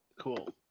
Cool